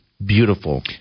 Beautiful